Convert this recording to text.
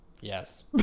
Yes